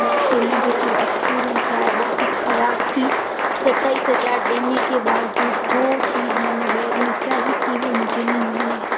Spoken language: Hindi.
बहुत ही नेगेटिव एक्सपीरियंस रहा है बहुत ही ख़राब की सताईस हज़ार देने के बावजूद जो चीज़ मैंने बेड में चाही थी वह मुझे नहीं मिली है